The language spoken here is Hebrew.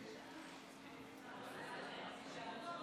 דילמה,